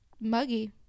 muggy